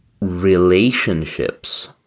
relationships